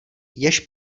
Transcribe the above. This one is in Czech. jež